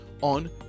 on